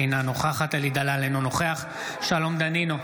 אינה נוכחת אלי דלל, אינו נוכח שלום דנינו,